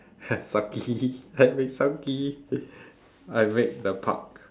have funky head with funky I make the park